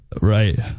Right